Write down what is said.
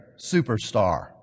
Superstar